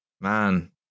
man